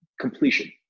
completion